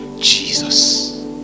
Jesus